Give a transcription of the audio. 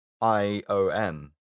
I-O-N